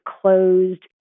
closed